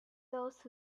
those